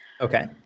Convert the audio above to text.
Okay